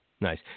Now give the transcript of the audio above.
nice